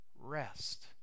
rest